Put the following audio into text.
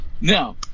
now